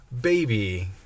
baby